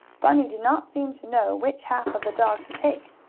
bunny did not seem to know which half of the dog to take.